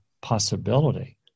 possibility